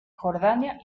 jordania